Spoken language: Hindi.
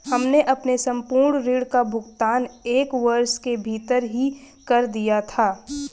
हमने अपने संपूर्ण ऋण का भुगतान एक वर्ष के भीतर ही कर दिया था